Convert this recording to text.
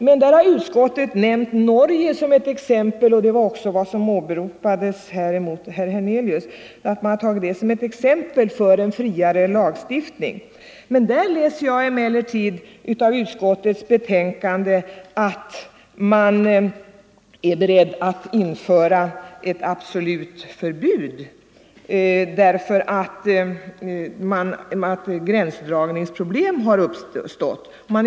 Utskottet har i det sammanhanget nämnt Norge som ett exempel — och det har också i debatten åberopats i anslutning till herr Hernelius” inlägg — på en friare lagstiftning. Det framgår emellertid av utskottets betänkande att man i Norge överväger att införa ett absolut förbud, eftersom gränsdragningsproblem uppstått.